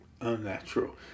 unnatural